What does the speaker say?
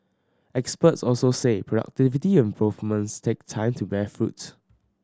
experts also say productivity improvements take time to bear fruit